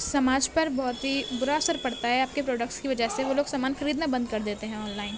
سماج پر بہت ہی برا اثر پڑتا ہے آپ کے پروڈکٹس کی وجہ سے وہ لوگ سامان خریدنا بند کر دیتے ہیں آن لائن